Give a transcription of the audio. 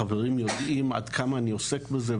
החברים יודעים עד כמה אני עוסק בזה,